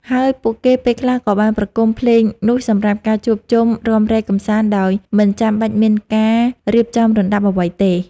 ហើយពួកគេពេលខ្លះក៏បានប្រគំភ្លេងនោះសម្រាប់ការជួបជុំរាំរែកកម្សាន្ដដោយមិនចាំបាច់មានការរៀបចំរណ្ដាប់អ្វីទេ។